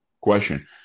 question